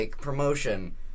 promotion